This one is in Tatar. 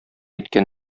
иткән